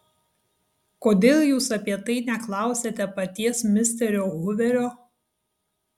kodėl jūs apie tai neklausiate paties misterio huverio